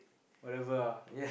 whatever ah